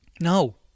No